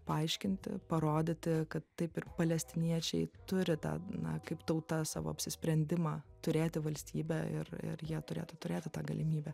paaiškinti parodyti kad taip ir palestiniečiai turi tą na kaip tauta savo apsisprendimą turėti valstybę ir ir jie turėtų turėti tą galimybę